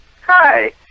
Hi